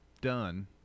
done